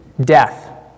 death